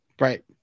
Right